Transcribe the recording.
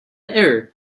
error